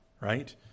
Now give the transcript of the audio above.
right